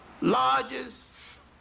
largest